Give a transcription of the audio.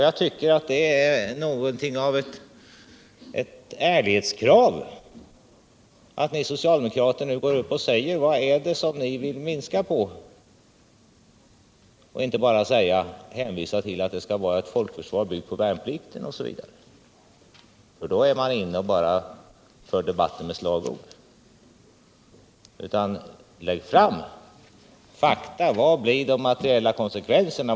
Jag tyckeratt det är något av ett ärlighetskrav att ni socialdemokrater nu går upp och säger vad det är som ni vill minska på och inte bara hänvisar till att det skall vara ett folkförsvar byggt på värnplikt etc. Då är man inne på att bara föra debatten med slagord. Lägg fram fakta! Vilka blir de materiella konsekvenserna?